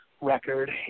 record